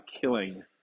killing